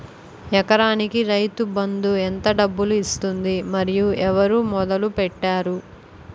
ఎకరానికి రైతు బందు ఎంత డబ్బులు ఇస్తుంది? మరియు ఎవరు మొదల పెట్టారు?